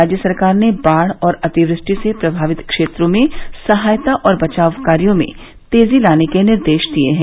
राज्य सरकार ने बाढ़ और अतिवृष्टि से प्रभावित क्षेत्रों में सहायता और बचाव कार्यो में तेजी लाने के निर्देश दिये हैं